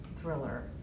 thriller